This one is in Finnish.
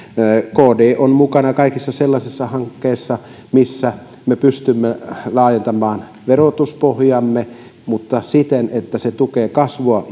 kd on mukana kaikissa sellaisissa hankkeissa joissa me pystymme laajentamaan verotuspohjaamme mutta siten että se tukee kasvua